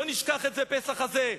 לא נשכח את זה בפסח הזה,